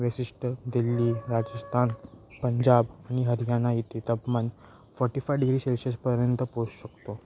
विशिष्ट दिल्ली राजस्थान पंजाब आणि हरियाणा इथे तपमान फोर्टी फायू डिग्री सेल्शिअसपर्यंत पोहोचू शकतो